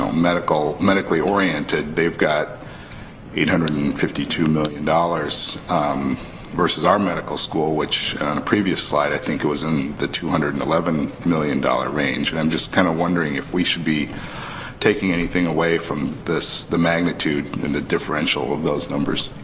um medically oriented. they've got eight hundred and fifty two million dollars versus our medical school, which, on a previous slide, i think it was in the two hundred and eleven million dollars range. i'm just kind of wondering if we should be taking anything away from the magnitude and the differential of those numbers.